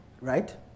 right